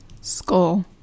Skull